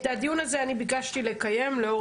את הדיון הזה אני ביקשתי לקיים לאור